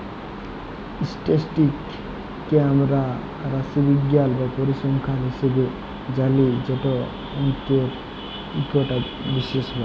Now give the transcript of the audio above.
statistics কে আমরা রাশিবিজ্ঞাল বা পরিসংখ্যাল হিসাবে জালি যেট অংকের ইকট বিশেষ ভাগ